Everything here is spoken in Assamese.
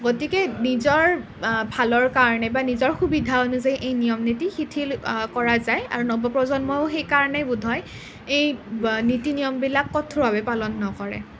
গতিকে নিজৰ ভালৰ কাৰণে বা নিজৰ সুবিধা অনুযায়ী এই নিয়ম নীতি শিথিল কৰা যায় আৰু নৱ প্ৰজন্মই সেই কাৰণেই বোধহয় এই নীতি নিয়মবিলাক কঠোৰভাৱে পালন নকৰে